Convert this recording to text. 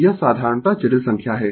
तो यह साधारणतः जटिल संख्या है